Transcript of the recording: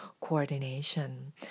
coordination